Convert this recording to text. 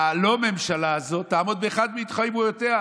הלא-ממשלה הזאת, תעמוד באחת מהתחייבויותיה.